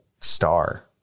star